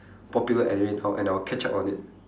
popular anime now and I will catch up on it